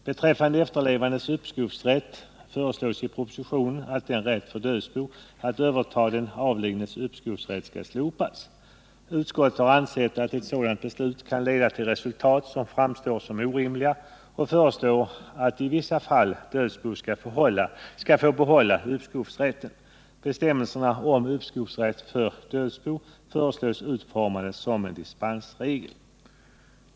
Beträffande efterlevandes uppskovsrätt föreslås i propositionen att rätt för dödsbo att överta den avlidnes uppskovsrätt skall slopas. Utskottet har ansett att ett bifall till detta förslag kan leda till resultat som framstår som orimliga men föreslår att i vissa fall dödsbo skall få behålla uppskovsrätten. Bestämmelserna om uppskovsrätt för dödsbo föreslås utformade som en dispensregel.